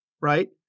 right